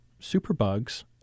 superbugs